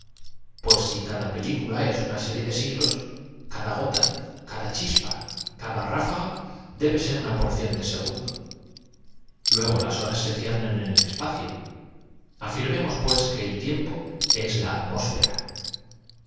pues si cada película es una serie de siglos cada envolvente es indudable que llegaré á dejar á descu bierto la copa lo cual aplicado al cosmos significa que gota cada chispa cada ráfaga debe ser una porción á fuerza de desliar zonas geológicas se ha de de segundo luego las horas se ciernen en el espacio tropezar con el caos ahora bien afirmemos pues que el tiempo es la atmósfera